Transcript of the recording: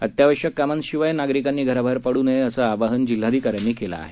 अत्यावश्यक कामांशिवाय नागरिकांनी घराबाहेर पड्र नये असं आवाहन जिल्हाधिकाऱ्यांनी केलं आहे